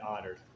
honored